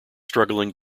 struggling